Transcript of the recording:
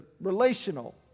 relational